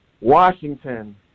Washington